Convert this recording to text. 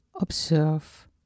observe